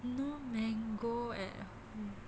no mango at home